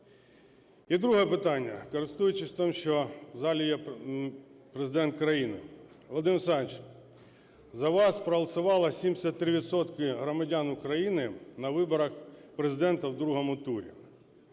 І друге питання. Користуючись тим, що в залі є Президент країни. Володимир Олександрович, за вас проголосувало 73 відсотки громадян України на виборах Президента у другому турі.